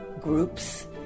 groups